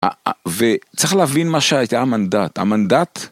וצריך להבין מה שהיה המנדט, המנדט